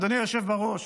אדוני היושב בראש,